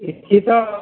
ଏଠି ତ